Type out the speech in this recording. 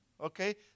Okay